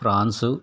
prawns